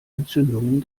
entzündungen